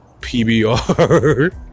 PBR